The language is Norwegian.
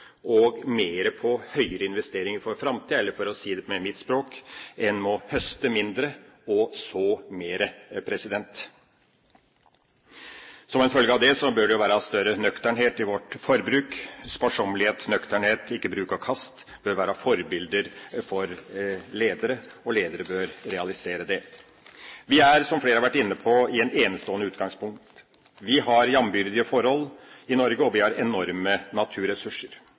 og mer på høyere investeringer for framtida – eller for å si det med mitt språk: En må høste mindre og så mer. Som en følge av det bør det være større nøkternhet i vårt forbruk – sparsommelighet og ikke bruk-og-kast-mentalitet. Ledere bør være forbilder, og ledere bør realisere det. Vi har, som flere har vært inne på, et enestående utgangspunkt. Vi har jambyrdige forhold i Norge, og vi har enorme naturressurser.